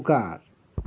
पुकार